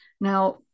Now